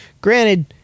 Granted